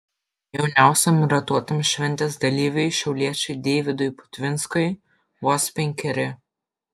jauniausiam ratuotam šventės dalyviui šiauliečiui deividui putvinskui vos penkeri